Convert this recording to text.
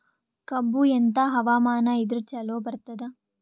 ಕಬ್ಬು ಎಂಥಾ ಹವಾಮಾನ ಇದರ ಚಲೋ ಬರತ್ತಾದ?